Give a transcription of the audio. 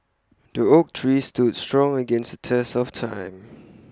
the oak tree stood strong against the test of time